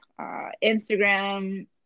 Instagram